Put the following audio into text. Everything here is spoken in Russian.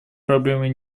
проблеме